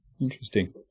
interesting